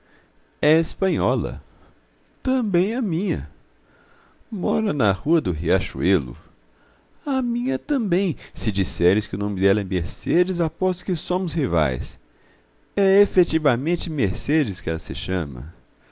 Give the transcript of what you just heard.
é espanhola também a minha mora na rua do riachuelo a minha também se disseres que o nome dela é mercedes aposto que somos rivais é efetivamente mercedes que ela se chama